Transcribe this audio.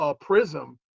prism